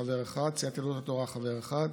חבר אחד,